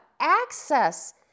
access